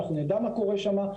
אנחנו נדע מה קורה שם,